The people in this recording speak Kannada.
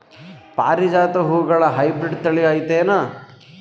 ಪಾರಿಜಾತ ಹೂವುಗಳ ಹೈಬ್ರಿಡ್ ಥಳಿ ಐತೇನು?